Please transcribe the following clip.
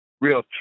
real